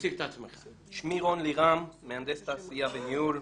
שמי רון לירם, מהנדס תעשייה וניהול,